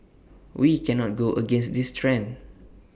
we cannot go against this trend